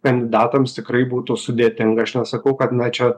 kandidatams tikrai būtų sudėtinga aš nesakau kad na čia